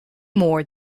more